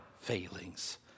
failings